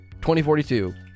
2042